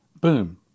boom